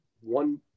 one